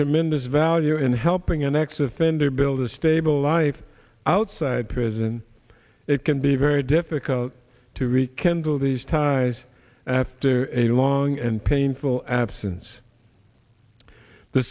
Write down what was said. tremendous value in helping an ex offender build a stable life outside prison it can be very difficult to rekindle these ties after a long and painful absence the